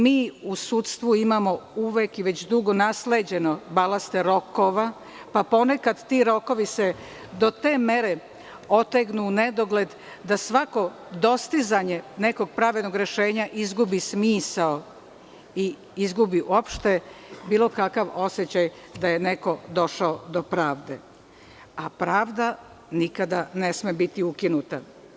Mi u sudstvu uvek imamo i već dugo nasleđene balaste rokova, pa se ponekad ti rokovi do te mere otegnu u nedogled da svako dostizanje nekog pravednog rešenja izgubi smisao i izgubi uopšte bilo kakav osećaj da je neko došao do pravde, a pravda nikada ne sme biti ukinuta.